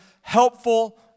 helpful